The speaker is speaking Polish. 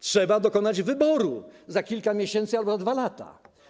Trzeba dokonać wyboru, za kilka miesięcy albo za 2 lata.